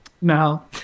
No